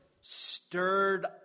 stirred